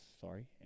sorry